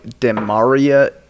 Demaria